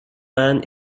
man